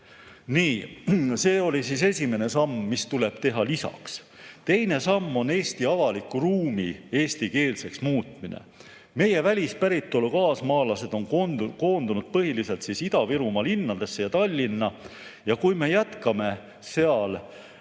Nii. See on esimene samm, mis tuleb teha lisaks. Teine samm on Eesti avaliku ruumi eestikeelseks muutmine. Meie välispäritolu kaasmaalased on koondunud põhiliselt Ida-Virumaa linnadesse ja Tallinna. Kui me jätkame seal